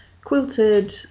quilted